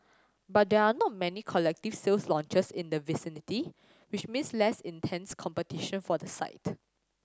but there are not many collective sales launches in the vicinity which means less intense competition for the site